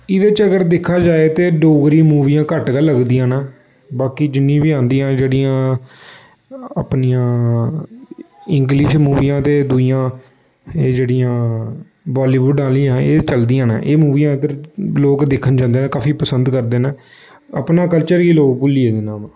एह्दे च अगर दिक्खेआ जाए ते डोगरी मूवियां घट्ट गै लगदियां न बाकी जिन्नियां बी आंदियां न जेह्ड़ियां अपनियां इंग्लिश मूवियां ते दूइयां एह् जेह्ड़ियां बालीवुड आह्लियां एह् चलदियां न एह् मूवियां इद्धर लोक दिक्खन जंदे न काफी पसंद करदे न अपना कल्चर ई लोक भुल्ली एह्दे न